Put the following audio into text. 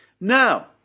Now